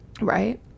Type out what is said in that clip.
right